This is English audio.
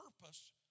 purpose